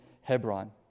Hebron